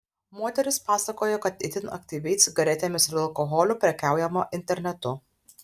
moteris pasakojo kad itin aktyviai cigaretėmis ir alkoholiu prekiaujama internetu